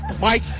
Mike